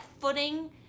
footing